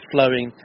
Flowing